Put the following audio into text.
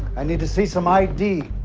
i need to see some id.